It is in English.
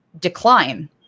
decline